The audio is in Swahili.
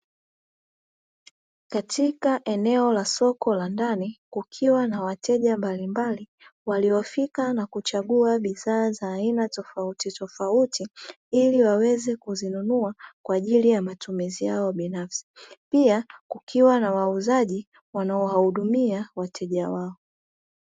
Katika eneo la soko la ndani kukiwa na wateja mbalimbali waliofika na kuchagua bidhaa za aina tofautitofauti ili waweze kuzinunua kwa ajili ya matumizi yao binafsi. Pia kukiwa na wauzaji wanaowahudumia wateja wao.